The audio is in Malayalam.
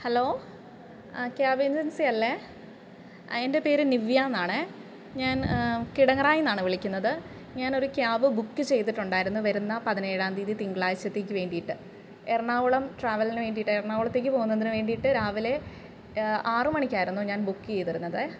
ഹലോ ആ ക്യാബ് ഏജൻസിയല്ലേ എൻ്റെ പേര് നിവ്യാന്നാണേ ഞാൻ കിടങ്ങറായിന്നാണ് വിളിക്കുന്നത് ഞാനൊരു ക്യാബ് ബുക്ക് ചെയ്തിട്ടുണ്ടായിരുന്നു വരുന്ന പതിനേഴാം തീയതി തിങ്കളാഴ്ചത്തേക്ക് വേണ്ടിയിട്ട് എറണാകുളം ട്രാവലിന് വേണ്ടിയിട്ട് എറണാകുളത്തേക്ക് പോകുന്നതിന് വേണ്ടിയിട്ട് രാവിലെ ആറു മണിക്കായിരുന്നു ഞാൻ ബുക്ക് ചെയ്തിരുന്നതെ